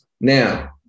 Now